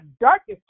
darkest